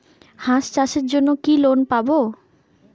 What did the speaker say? হাঁস চাষের জন্য কি লোন পাব?